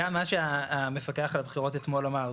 גם מה שהמפקח על הבחירות אתמול אמר.